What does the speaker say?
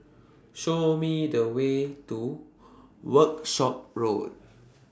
Show Me The Way to Workshop Road